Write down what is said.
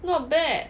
not bad